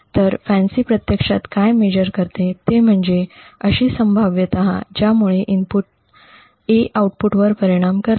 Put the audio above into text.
तर फॅन्सी प्रत्यक्षात काय मेजर करते ते म्हणजे अशी संभाव्यता ज्यामुळे इनपुट 'A' आउटपुटवर परिणाम करते